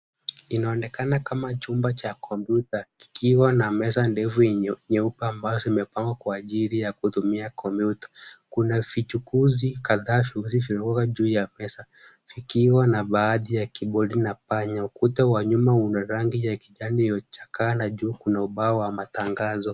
Inaonekana kama chumba cha computer , kikiwa na meza ndefu nyeupe ambazo zimepangwa kwa ajili ya kutumia computer . Kuna vichukuzi kadhaa fupi vilivyo juu ya meza. Vikiwa na baadhi ya kibodi na panya ukuta wa nyuma una rangi ya kijani iliyochakaa na juu kuna ubao wa matangazo.